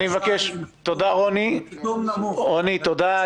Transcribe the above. רוני, תודה.